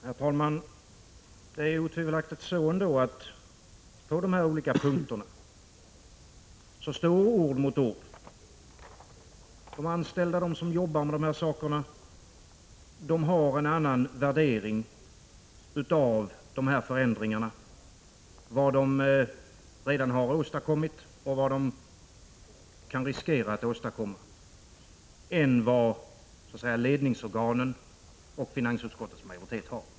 Herr talman! Det är otvivelaktigt så att ord står mot ord på de olika punkterna. De anställda som arbetar med dessa saker har en annan värdering av dessa förändringar — vad de redan har åstadkommit och vad de kan riskera att åstadkomma — än vad ledningsorganen och finansutskottets majoritet har.